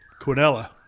quinella